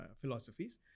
philosophies